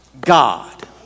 God